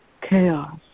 chaos